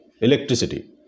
electricity